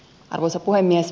arvoisa puhemies